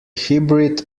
hybrid